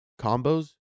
combos